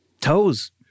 toes